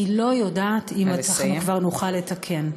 אני לא יודעת אם נוכל לתקן.